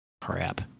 Crap